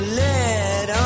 let